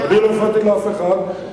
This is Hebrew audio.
אני לא הפרעתי לאף אחד,